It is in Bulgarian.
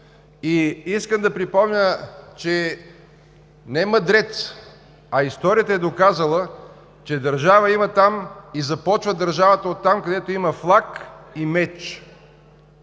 Искам да припомня, че не мъдрец, а историята е доказала, че държава има там, и държавата започва от там, където има флаг и меч.